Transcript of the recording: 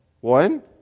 one